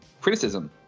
criticism